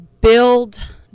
build